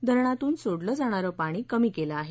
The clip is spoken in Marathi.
धरणातून सोडलं जाणारं पाणी कमी केलं आहे